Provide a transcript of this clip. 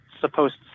supposed